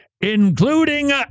including